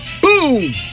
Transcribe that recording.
Boom